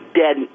dead